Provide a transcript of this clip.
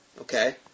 Okay